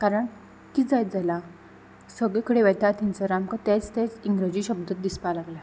कारण कितें जायत जालां सगळे कडेन वेता थंयसर आमकां तेच तेच इंग्रजी शब्द दिसपा लागल्या